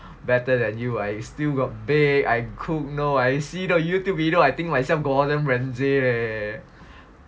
better than you I still got bake I cook now I see the Youtube video I think myself gordon ramsay leh